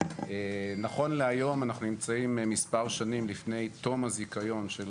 נכון להיום אנחנו נמצאים מספר שנים לפני תום הזיכיון של